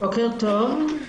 בוקר טוב,